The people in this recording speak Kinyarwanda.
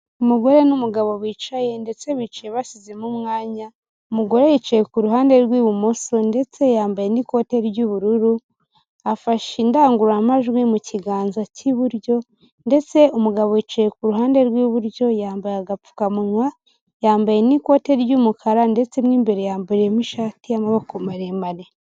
Umugore n'umugabo bicaye, ndetse bicaye basizemo umwanya, umugore yicaye ku ruhande rw'ibumoso ndetse yambaye n'ikote ry'ubururu, afashe indangururamajwi mu kiganza cy'iburyo, ndetse umugabo yicaye ku ruhande rw'iburyo, yambaye agapfukamunwa, yambaye n'ikoti ry'umukara ndetse mo imbere yambayemo ishati y'amaboko maremare.